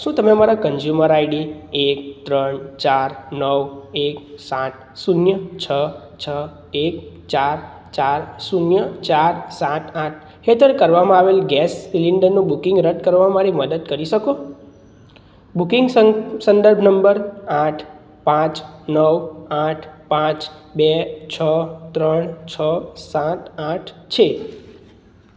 શું તમે મારા કન્ઝ્યુમર આઈડી એક ત્રણ ચાર નવ એક સાત શૂન્ય છ છ એક ચાર ચાર શૂન્ય ચાર સાત આઠ હેઠળ કરવામાં આવેલ ગેસ સિલિન્ડરનું બુકિંગ રદ કરવામાં મારી મદદ કરી શકો બુકિંગ સંદર્ભ નંબર આઠ પાંચ નવ આઠ પાંચ બે છ ત્રણ છ સાત આઠ છે